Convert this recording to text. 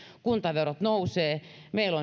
kuntaverot nousevat meillä